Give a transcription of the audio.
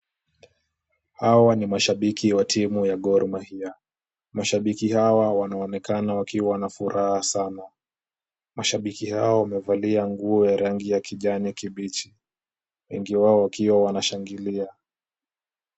Hawa ni mashabiki wa timu ya Gor Mahia. Mashabiki hawa wanaonekana wakiwa na furaha sana. Mashabiki hawa wamevalia nguo ya rangi ya kijani kibichi, wengi wao wakiwa wanashangilia.